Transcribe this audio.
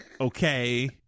okay